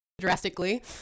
drastically